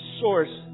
source